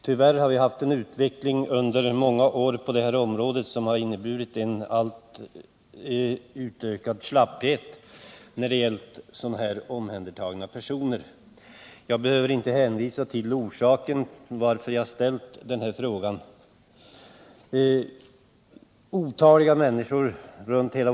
Tyvärr har vi på det här området under många år haft en utveckling mot en ökad slapphet när det gäller personer som omhändertagits på grund av brott av detta slag, och jag behöver således inte närmare gå in på orsaken till att jag ställt min fråga.